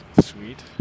Sweet